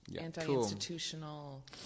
anti-institutional